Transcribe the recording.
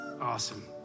awesome